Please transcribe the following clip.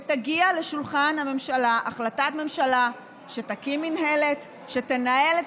ותגיע לשולחן הממשלה החלטת ממשלה שתקים מינהלת שתנהל את